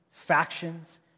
Factions